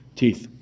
teeth